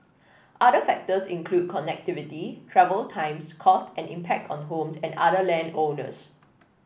other factors include connectivity travel times costs and impact on homes and other land owners